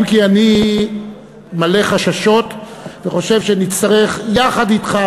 אם כי אני מלא חששות וחושב שנצטרך יחד אתך,